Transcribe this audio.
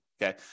Okay